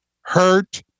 hurt